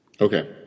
okay